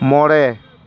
ᱢᱚᱬᱮ